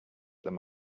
them